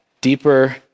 deeper